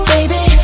Baby